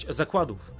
zakładów